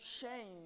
shame